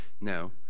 No